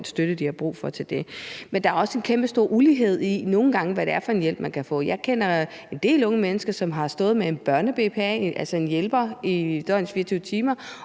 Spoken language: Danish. Men der er også nogle gange en kæmpestor ulighed i, hvad det er for en hjælp, man kan få. Jeg kender en del unge mennesker, som har stået med en børne-BPA, altså en hjælper, døgnet